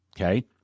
Okay